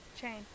Chain